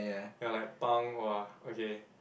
they are like Pang !wah! okay